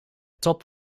top